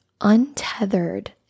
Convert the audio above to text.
untethered